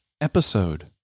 episode